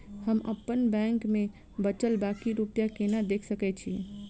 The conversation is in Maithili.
हम अप्पन बैंक मे बचल बाकी रुपया केना देख सकय छी?